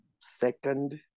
second